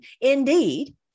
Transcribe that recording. Indeed